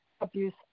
abuse